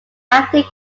acting